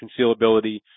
concealability